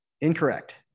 Incorrect